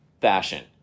fashion